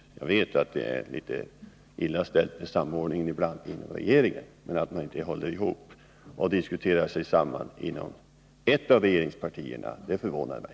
Jag vet att det ibland är litet illa ställt med samordningen inom regeringen, men att man inte håller ihop och diskuterar sig samman inom ett av regeringspartierna förvånar mig.